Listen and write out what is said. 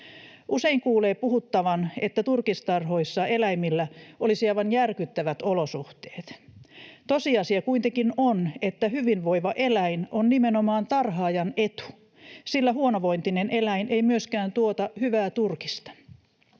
Usein kuulee puhuttavan, että turkistarhoissa eläimillä olisi aivan järkyttävät olosuhteet. Tosiasia kuitenkin on, että hyvinvoiva eläin on nimenomaan tarhaajan etu, sillä huonovointinen eläin ei myöskään tuota hyvää turkista.